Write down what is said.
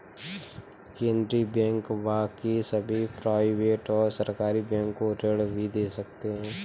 केन्द्रीय बैंक बाकी सभी प्राइवेट और सरकारी बैंक को ऋण भी दे सकते हैं